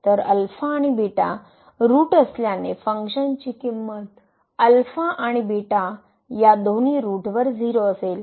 तर अल्फा आणि beta root असल्याने फंक्शनची किंमत अल्फा आणि बीटा या दोन्हीही रूटवर 0 असेल